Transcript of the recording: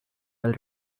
well